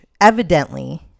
evidently